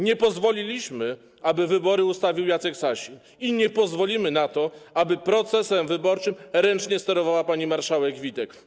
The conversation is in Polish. Nie pozwoliliśmy, aby wybory ustawił Jacek Sasin i nie pozwolimy na to, aby procesem wyborczym ręcznie sterowała pani marszałek Witek.